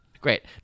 Great